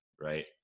right